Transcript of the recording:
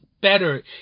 better